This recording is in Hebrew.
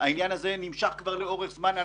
העניין הזה נמשך כבר לאורך זמן.